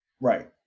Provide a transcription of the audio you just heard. Right